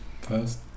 First